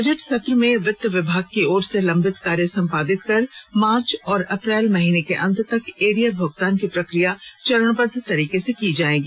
budget सत्र में वित्त विभाग की ओर लंबित कार्य संपादित कर मार्च और अप्रैल महीने के अंत तक एरियर भुगतान की प्रकिया चरणबद्ध तरीके से किया जाएगा